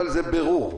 שהוא לא היה ליד חולה,